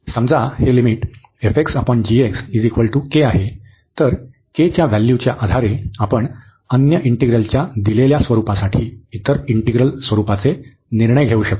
समजा हे लिमिट आहे तर k च्या व्हॅल्यूच्या आधारे आपण अन्य इंटिग्रलच्या दिलेल्या स्वरूपासाठी इतर इंटिग्रल स्वरूपाचे निर्णय घेऊ शकतो